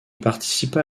participa